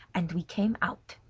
and we came out.